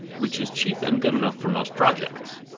which is cheap and good enough for most projects.